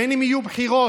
בין אם יהיו בחירות